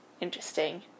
Interesting